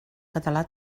català